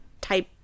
type